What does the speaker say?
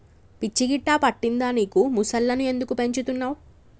పిచ్చి గిట్టా పట్టిందా నీకు ముసల్లను ఎందుకు పెంచుతున్నవ్